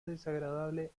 desagradable